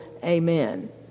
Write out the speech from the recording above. Amen